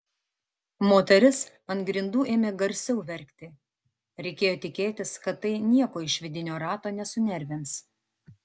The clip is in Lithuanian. moteris ant grindų ėmė garsiau verkti reikėjo tikėtis kad tai nieko iš vidinio rato nesunervins